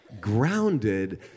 grounded